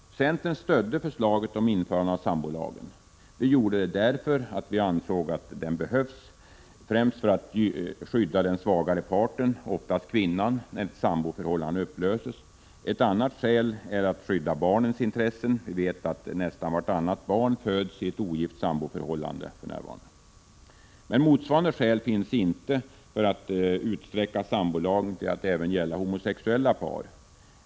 Centern stödde förslaget om införande av sambolagen. Vi gjorde det därför att vi ansåg att den behövs, främst för att skydda den svagare parten — oftast kvinnan — när ett samboförhållande upplöses. Ett annat skäl är att skydda barnens intressen. Vi vet att nästan vartannat barn för närvarande föds i ett samboförhållande där föräldrarna är ogifta. Men motsvarande skäl finns inte för att utsträcka sambolagen till att gälla även homosexuella par.